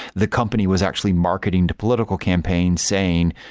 the company was actually marketing to political campaigns, saying,